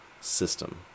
system